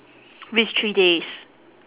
which three days